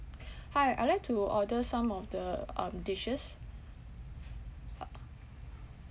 hi I would like to order some of the um dishes